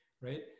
Right